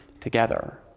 together